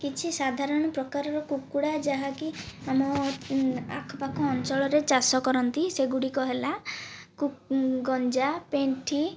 କିଛି ସାଧାରଣ ପ୍ରକାରର କୁକୁଡ଼ା ଯାହାକି ଆମ ଆଖପାଖ ଅଞ୍ଚଳରେ ଚାଷ କରନ୍ତି ସେଗୁଡ଼ିକ ହେଲା ଗଞ୍ଜା ପେଣ୍ଠି